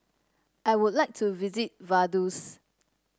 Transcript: I would like to visit Vaduz